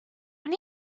when